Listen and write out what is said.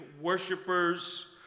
worshippers